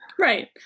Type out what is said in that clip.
Right